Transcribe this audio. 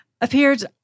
Appeared